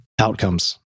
outcomes